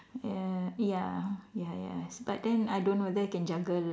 ya ya ya yes but then I don't know whether can jungle